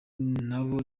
nabo